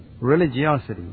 religiosity